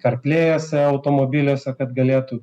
karplėjuose automobiliuose kad galėtų